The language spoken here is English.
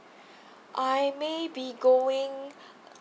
I may be going